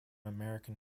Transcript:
american